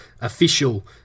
official